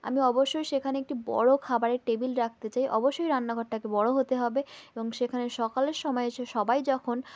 আমি অবশ্যই সেখানে একটি বড় খাবারের টেবিল রাখতে চাই অবশ্যই রান্না ঘরটাকে বড় হতে হবে এবং সেখানে সকালের সময় এসে সবাই যখন